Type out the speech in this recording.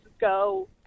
go